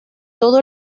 todo